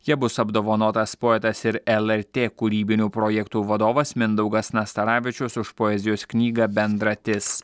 ja bus apdovanotas poetas ir el er tė kūrybinių projektų vadovas mindaugas nastaravičius už poezijos knygą bendratis